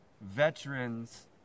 veterans